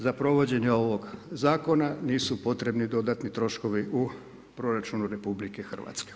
Za provođenje ovog zakona nisu potrebni dodatni troškovi u proračunu RH.